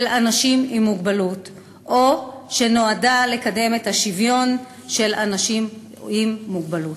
אנשים עם מוגבלות או שנועדה לקדם את השוויון של אנשים עם מוגבלות".